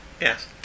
Yes